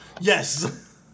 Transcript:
Yes